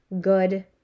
good